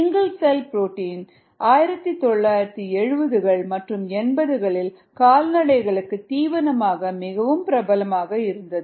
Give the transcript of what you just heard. single cell protein 1970 கள் மற்றும் 80 களில் கால்நடைகளுக்கு தீவனமாக மிகவும் பிரபலமாக இருந்தது